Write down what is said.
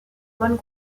bonne